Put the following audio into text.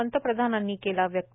पंतप्रधानांनी केला व्यक्त